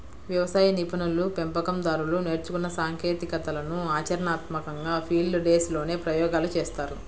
వ్యవసాయ నిపుణులు, పెంపకం దారులు నేర్చుకున్న సాంకేతికతలను ఆచరణాత్మకంగా ఫీల్డ్ డేస్ లోనే ప్రయోగాలు చేస్తారు